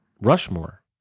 Rushmore